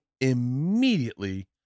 immediately